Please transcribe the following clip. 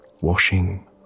washing